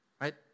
Right